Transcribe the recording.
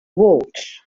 walsh